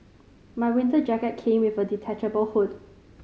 my winter jacket came with a detachable hood